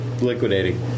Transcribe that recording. Liquidating